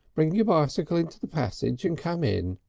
bring your bicycle into the passage and come in.